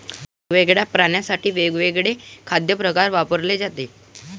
वेगवेगळ्या प्राण्यांसाठी वेगवेगळे खाद्य प्रकार वापरले जातात